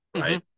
right